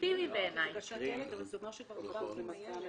רשאי הממונה שלא לאשר את קבלת התלונה.